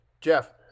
jeff